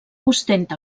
ostenta